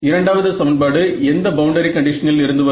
இரண்டாவது சமன்பாடு எந்த பவுண்டரி கண்டிஷனில் இருந்து வரும்